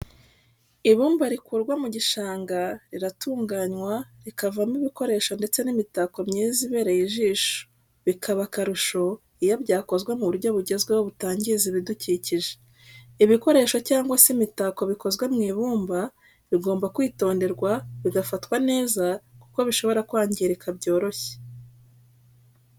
Ibumba rikurwa mu gishanga riratunganywa rikavamo ibikoresho ndetse n'imitako myiza ibereye ijisho bikaba akarusho iyo byakozwe mu buryo bugezweho butangiza ibidukikije. ibikoresho cyangwa se imitako bikozwe mu ibumba bigomba kwitonderwa bigafatwa neza kuko bishobora kwangirika byoroshye.